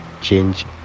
Change